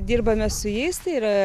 dirbame su jais tai yra